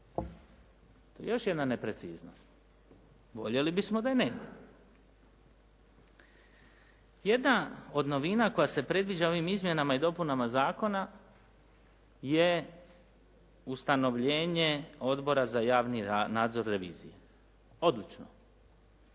Još jedna nepreciznost. Voljeli bismo da je nema. Jedna od novina koja se predviđa ovim izmjenama i dopunama zakona je ustanovljenje Odbora za javni nadzor revizije. Odlično.